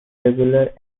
regular